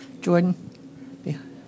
Jordan